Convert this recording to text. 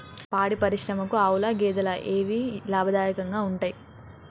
పాడి పరిశ్రమకు ఆవుల, గేదెల ఏవి లాభదాయకంగా ఉంటయ్?